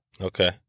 okay